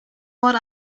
what